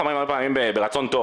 אנחנו באים הרבה פעמים ברצון טוב,